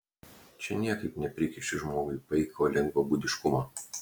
čia niekaip neprikiši žmogui paiko lengvabūdiškumo